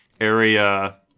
area